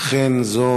אכן זו